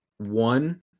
One